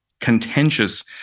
contentious